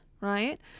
right